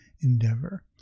endeavor